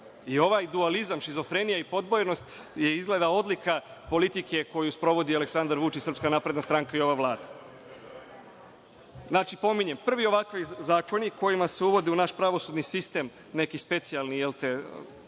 I ovaj dualizam, šizofrenija i podvojenost je izgleda odlika politike koju sprovodi Aleksandar Vučić, SNS i ova Vlada. Znači, pominjem, prvi ovakvi zakoni kojima se uvode u naš pravosudni sistem neka specijalna, hajde,